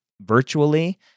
virtually